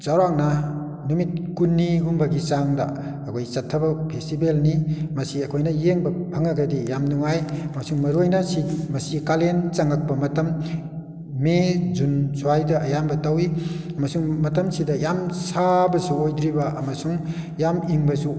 ꯆꯥꯎꯔꯥꯛꯅ ꯅꯨꯃꯤꯠ ꯀꯨꯟꯅꯤ ꯒꯨꯝꯕꯒꯤ ꯆꯥꯡꯗ ꯑꯩꯈꯣꯏ ꯆꯠꯊꯕ ꯐꯦꯁꯇꯤꯕꯦꯜꯅꯤ ꯃꯁꯤ ꯑꯩꯈꯣꯏꯅ ꯌꯦꯡꯕ ꯐꯪꯂꯒꯗꯤ ꯌꯥꯝ ꯅꯨꯡꯉꯥꯏ ꯃꯁꯤ ꯃꯔꯨ ꯑꯣꯏꯅ ꯃꯁꯤ ꯀꯥꯂꯦꯟ ꯆꯪꯂꯛꯄ ꯃꯇꯝ ꯃꯦ ꯖꯨꯟ ꯁꯨꯋꯥꯏꯗ ꯑꯌꯥꯝꯕ ꯇꯧꯏ ꯑꯃꯁꯨꯡ ꯃꯇꯝꯁꯤꯗ ꯌꯥꯝ ꯁꯥꯕꯁꯨ ꯑꯣꯏꯗ꯭ꯔꯤꯕ ꯑꯃꯁꯨꯡ ꯌꯥꯝ ꯏꯪꯕꯁꯨ